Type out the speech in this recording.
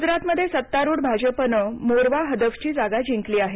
गुजरातमध्ये सत्तारूढ भाजनं ने मोरवा हदफ ची जागा जिंकली आहे